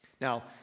Now